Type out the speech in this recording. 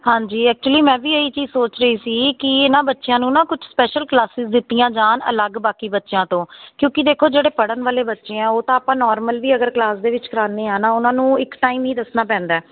ਹਾਂਜੀ ਐਕਚੁਲੀ ਮੈਂ ਵੀ ਇਹੀ ਚੀਜ਼ ਸੋਚ ਰਹੀ ਸੀ ਕਿ ਇਹਨਾਂ ਬੱਚਿਆਂ ਨੂੰ ਨਾ ਕੁਝ ਸਪੈਸ਼ਲ ਕਲਾਸਿਸ ਦਿੱਤੀਆਂ ਜਾਣ ਅਲੱਗ ਬਾਕੀ ਬੱਚਿਆਂ ਤੋਂ ਕਿਉਂਕਿ ਦੇਖੋ ਜਿਹੜੇ ਪੜ੍ਹਨ ਵਾਲੇ ਬੱਚੇ ਆ ਉਹ ਤਾਂ ਆਪਾਂ ਨੋਰਮਲ ਵੀ ਅਗਰ ਕਲਾਸ ਦੇ ਵਿੱਚ ਕਰਾਉਂਦੇ ਹਾਂ ਨਾ ਉਹਨਾਂ ਨੂੰ ਇੱਕ ਟਾਈਮ ਹੀ ਦੱਸਣਾ ਪੈਂਦਾ